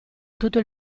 tutto